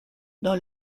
dans